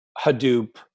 Hadoop